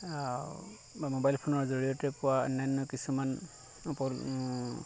বা মোবাইল ফোনৰ জৰিয়তে পোৱা অন্যান্য কিছুমান